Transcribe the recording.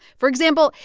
for example,